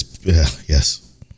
yes